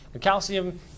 Calcium